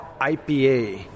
IPA